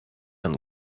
and